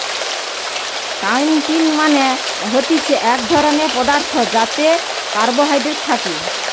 chitin মানে হতিছে এক ধরণের পদার্থ যাতে কার্বোহাইড্রেট থাকে